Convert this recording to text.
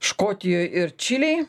škotijoj ir čilėj